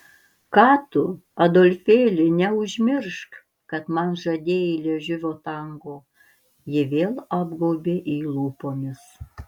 ką tu adolfėli neužmiršk kad man žadėjai liežuvio tango ji vėl apgaubė jį lūpomis